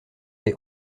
des